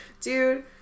Dude